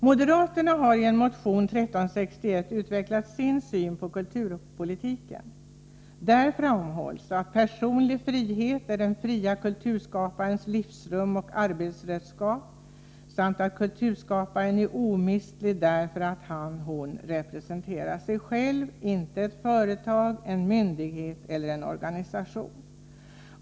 Moderaterna har i en motion, 1361, utvecklat sin syn på kulturpolitiken. Där framhålls att personlig frihet är den fria kulturskaparens livsrum och arbetsredskap samt att kulturskaparen är omistlig därför att han/hon representerar sig själv, inte ett företag, en myndighet eller en organisation.